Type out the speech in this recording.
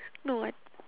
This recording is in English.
no what